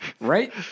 Right